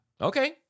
Okay